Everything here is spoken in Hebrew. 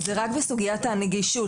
זה רק בסוגיית הנגישות.